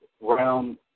round